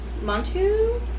Montu